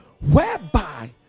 whereby